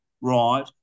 right